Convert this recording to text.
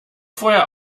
vorher